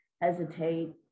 hesitate